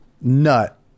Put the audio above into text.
Nut